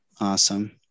Awesome